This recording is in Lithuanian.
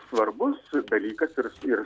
svarbus dalykas ir ir